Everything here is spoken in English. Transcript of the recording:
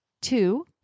Two